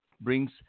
brings